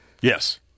Yes